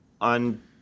on